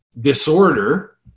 disorder